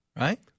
right